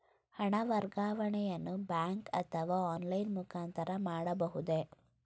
ಹಣ ವರ್ಗಾವಣೆಯನ್ನು ಬ್ಯಾಂಕ್ ಅಥವಾ ಆನ್ಲೈನ್ ಮುಖಾಂತರ ಮಾಡಬಹುದೇ?